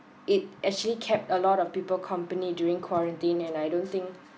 it actually kept a lot of people company during quarantine and I don't think